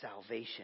salvation